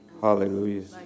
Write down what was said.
Hallelujah